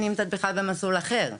אני נמצאת בכלל במסלול אחר.